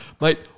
Mate